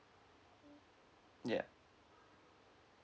yeah